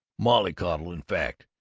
mollycoddle, in fact!